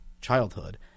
childhood